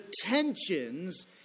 tensions